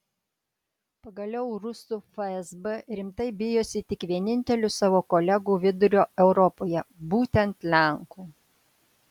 pagaliau rusų fsb rimtai bijosi tik vienintelių savo kolegų vidurio europoje būtent lenkų